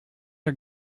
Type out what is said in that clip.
are